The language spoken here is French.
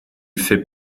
fait